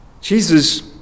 Jesus